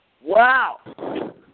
wow